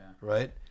right